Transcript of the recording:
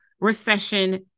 recession